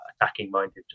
attacking-minded